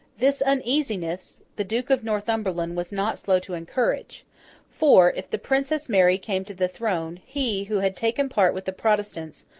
this uneasiness, the duke of northumberland was not slow to encourage for, if the princess mary came to the throne, he, who had taken part with the protestants,